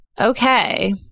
Okay